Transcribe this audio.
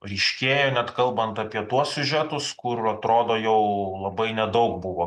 ryškėja net kalbant apie tuos siužetus kur atrodo jau labai nedaug buvo